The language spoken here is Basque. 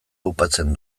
aupatzen